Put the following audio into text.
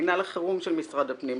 מינהל החירום של משרד הפנים,